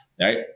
right